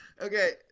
Okay